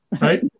Right